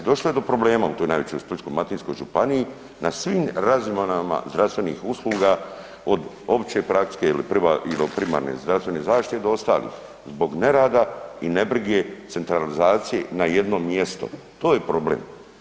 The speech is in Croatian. Došlo je do problema u toj najvećoj Splitsko-dalmatinskoj županiji, na svim razinama zdravstvenih usluga, od opće prakse ili primarne zdravstvene zaštite od ostalih, zbog nerada i nebrige centralizacije na jednom mjesto, to je problem.